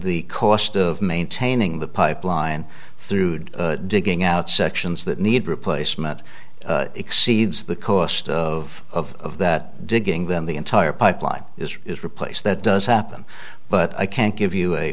the cost of maintaining the pipeline through digging out sections that need replacement exceeds the cost of that digging them the entire pipeline is replaced that does happen but i can't give you a